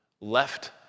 left